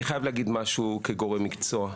אני חייב להגיד משהו, כגורם מקצועי,